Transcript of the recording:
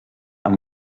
amb